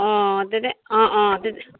অ তেতিয়া অ অ